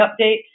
update